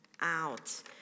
out